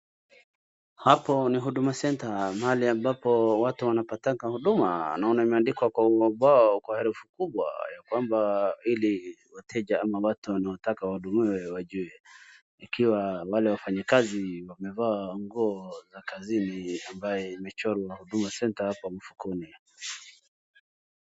Hapo ni Huduma Centre mahali ambapo watu wanapatanga huduma naona imeandikwa kwa ubao kwa herufi kubwa ya kwamba ili wateja ama watu wanaotaka wahudumiwe wajue ikiwa wale wafanyakazi wamevaa nguo za kazini ambaye imechorwa Huduma Centre hapa mfukoni .